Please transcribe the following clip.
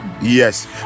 yes